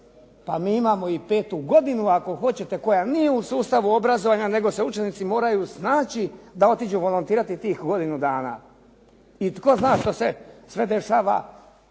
Pa mi imamo i petu godinu ako hoćete koja nije u sustavu obrazovanja, nego se učenici moraju snaći da otiđu volontirati tih godinu dana. I tko zna što se sve dešava